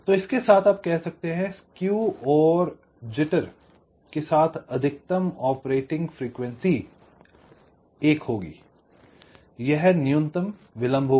तो इसके साथ आप कह सकते हैं कि स्केव और जिटर के साथ अधिकतम ऑपरेटिंग फ्रीक्वेंसी 1 होगी यह न्यूनतम विलंब होगा